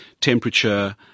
temperature